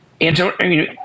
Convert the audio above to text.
Antonio